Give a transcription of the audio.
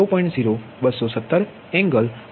0217 angle 229